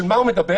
על מה הוא מדבר,